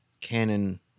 canon